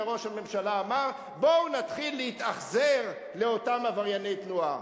וראש הממשלה אמר: בואו נתחיל להתאכזר לאותם עברייני תנועה.